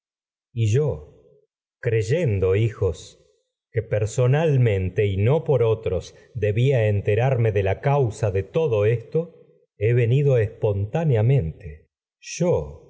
y creyendo hijos que personalmente y no por otros enterarme debía de la causa de todo esto he venido espontáneamente